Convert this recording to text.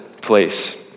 place